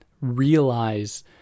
realize